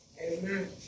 Amen